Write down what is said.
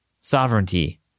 sovereignty